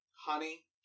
Honey